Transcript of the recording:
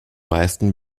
meisten